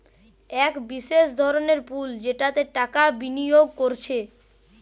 এক বিশেষ ধরনের পুল যেটাতে টাকা বিনিয়োগ কোরছে